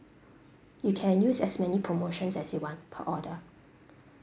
you can use as many promotions as you want per order